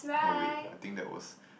oh wait I think that was